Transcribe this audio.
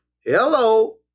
Hello